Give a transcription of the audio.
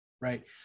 Right